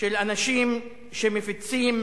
של אנשים שמפיצים